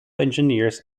engineers